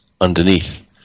underneath